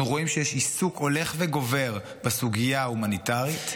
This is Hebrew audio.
אנחנו רואים שיש עיסוק הולך וגובר בסוגיה ההומניטרית,